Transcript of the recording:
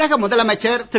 தமிழக முதலமைச்சர் திரு